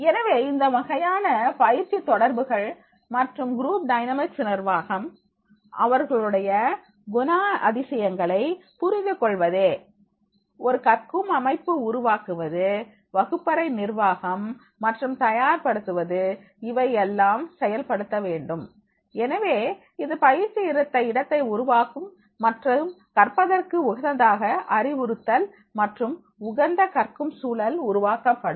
எனவே இந்த வகையான பயிற்சி தொடர்புகள் மற்றும் குரூப் டைனமிக்ஸ் நிர்வாகம் அவர்களுடைய குணாதிசயங்களை புரிந்து கொள்வதே ஒரு கற்கும் அமைப்பு உருவாக்குவது வகுப்பறை நிர்வாகம் மற்றும் தயார்படுத்துவது இவையெல்லாம் செயல்படுத்த வேண்டும் எனவே இது பயிற்சி இடத்தை உருவாக்கும் மற்றும் கற்பதற்கு உகந்ததாக அறிவுறுத்தல் மற்றும் உகந்த கற்கும் சூழல் உருவாக்கப்படும்